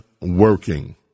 working